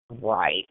Right